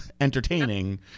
entertaining